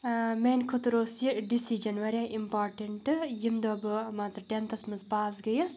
میٛانہِ خٲطرٕ اوس یہِ ڈِسِجَن واریاہ اِمپاٹَنٛٹ ییٚمہِ دۄہ بہٕ مان ژٕ ٹٮ۪نتھَس منٛز پاس گٔیَس